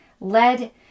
led